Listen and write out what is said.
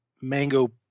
mango